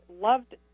loved